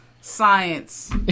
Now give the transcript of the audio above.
science